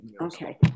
Okay